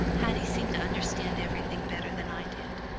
haddie seemed to understand everything better than i did.